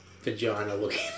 Vagina-looking